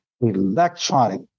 electronic